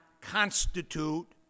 constitute